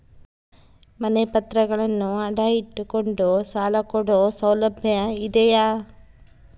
ಮನೆ ಪತ್ರಗಳನ್ನು ಅಡ ಇಟ್ಟು ಕೊಂಡು ಸಾಲ ಕೊಡೋ ಸೌಲಭ್ಯ ಇದಿಯಾ?